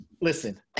Listen